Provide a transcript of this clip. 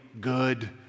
good